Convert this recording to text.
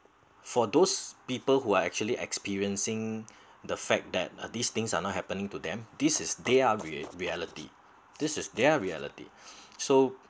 for those people who are actually experiencing the fact that these things are not happening to them this is they are rea~ reality this is their reality so